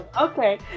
okay